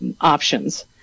options